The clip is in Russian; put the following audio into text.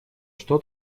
что